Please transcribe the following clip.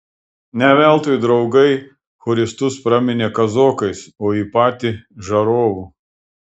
ne veltui draugai choristus praminė kazokais o jį patį žarovu